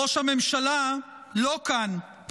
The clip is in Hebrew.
ראש הממשלה לא כאן.